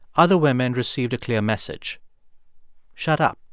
other women received a clear message shut up,